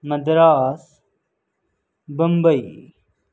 Madras Bombay